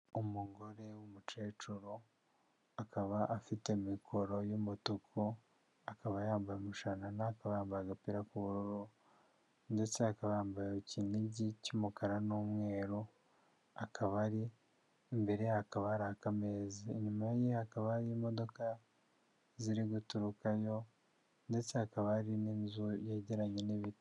Umugore w'umukecuru akaba afite mikoro y'umutuku akaba yambaye umashanana akaba yambaye agapira k'ubururu ndetse akaba yambaye ikinigi cy'umukara n'umweru akaba ari imbere hakaba hari akameza, inyuma ye hakaba hari imodoka ziri guturukayo ndetse hakaba hari n'inzu yegeranye n'ibiti.